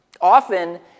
Often